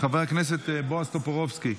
חבר הכנסת בועז טופורובסקי,